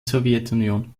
sowjetunion